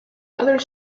others